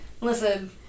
Listen